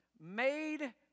made